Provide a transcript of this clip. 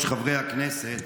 חבר הכנסת